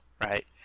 right